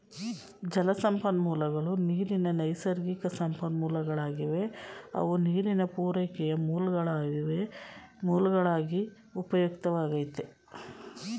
ಜಲಸಂಪನ್ಮೂಲಗಳು ನೀರಿನ ನೈಸರ್ಗಿಕಸಂಪನ್ಮೂಲಗಳಾಗಿವೆ ಅವು ನೀರಿನ ಪೂರೈಕೆಯ ಮೂಲ್ವಾಗಿ ಉಪಯುಕ್ತವಾಗೈತೆ